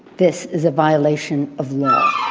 this is a violation of law